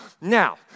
Now